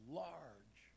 large